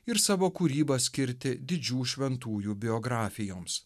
ir savo kūrybą skirti didžių šventųjų biografijoms